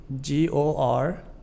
G-O-R